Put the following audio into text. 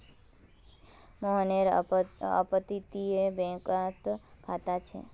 मोहनेर अपततीये बैंकोत खाता छे